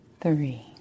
three